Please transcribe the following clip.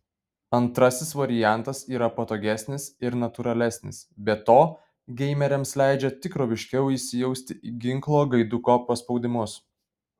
antrasis variantas yra patogesnis ir natūralesnis be to geimeriams leidžia tikroviškiau įsijausti į ginklo gaiduko paspaudimus